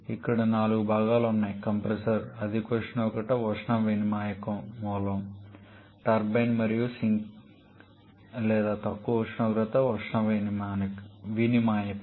ఇక్కడ నాలుగు భాగాలు ఉన్నాయి కంప్రెసర్ అధిక ఉష్ణోగ్రత ఉష్ణ వినిమాయకం మూలం టర్బైన్ మరియు సింక్ లేదా తక్కువ ఉష్ణోగ్రత ఉష్ణ వినిమాయకం